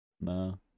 no